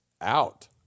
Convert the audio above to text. out